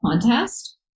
contest